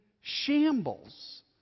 shambles